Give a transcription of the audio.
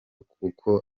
kuko